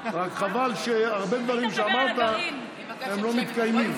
רק חבל שהרבה דברים שאמרת הם לא מתקיימים,